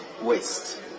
waste